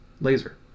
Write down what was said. Laser